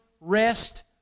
rest